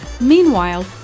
Meanwhile